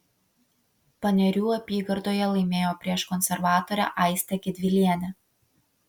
panerių apygardoje laimėjo prieš konservatorę aistę gedvilienę